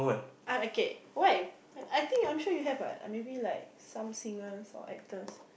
um okay why I I think I'm sure you have what ah maybe like some singers or actors